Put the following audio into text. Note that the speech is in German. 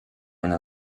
eine